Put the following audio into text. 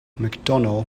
mcdonough